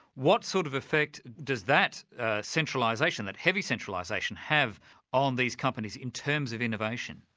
what sort of effect does that centralisation, that heavy centralisation, have on these companies in terms of innovation?